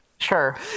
Sure